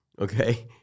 okay